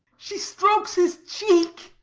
she strokes his cheek.